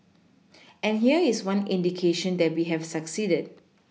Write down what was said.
and here is one indication that we have succeeded